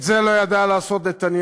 את זה לא ידע לעשות נתניהו,